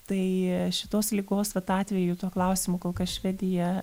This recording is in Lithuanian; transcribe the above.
tai šitos ligos atveju tuo klausimu kol kas švedija